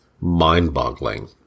mind-boggling